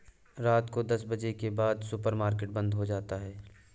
रात को दस बजे के बाद सुपर मार्केट बंद हो जाता है